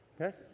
okay